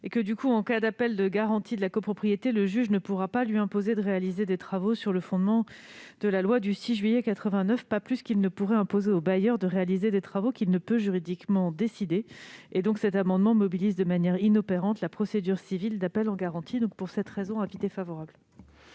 au locataire. En cas d'appel de garantie de la copropriété, le juge ne pourra donc pas lui imposer de réaliser des travaux sur le fondement de la loi du 6 juillet 1989, pas plus qu'il ne pourra imposer au bailleur de réaliser des travaux qu'il ne peut, juridiquement, décider. Cet amendement mobilise de manière inopérante la procédure civile d'appel en garantie. Pour cette raison, l'avis est défavorable.